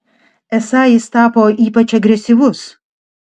esą jis tapo ypač agresyvus